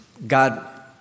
God